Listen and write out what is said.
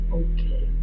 okay